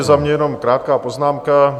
Za mě jenom krátká poznámka.